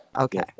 Okay